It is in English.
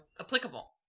applicable